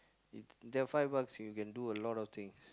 it ya five bucks you can do a lot of things